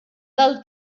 del